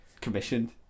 commissioned